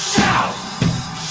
Shout